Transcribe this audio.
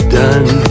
done